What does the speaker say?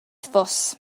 fws